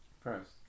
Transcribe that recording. First